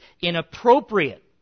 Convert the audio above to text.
inappropriate